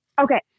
Okay